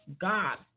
God